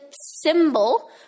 symbol